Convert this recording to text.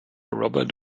robert